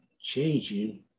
changing